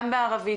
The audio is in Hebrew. גם בערבית,